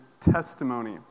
testimony